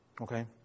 okay